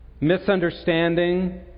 misunderstanding